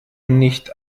nicht